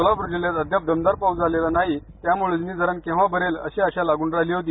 सोलापूर जिल्ह्यात अद्याप दमदार पाऊस झालेला नाही त्याम्ळे उजनी धरण केव्हा भरेल अशी अशा लागून राहिली होती